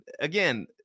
again